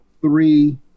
three